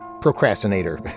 procrastinator